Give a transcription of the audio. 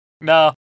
No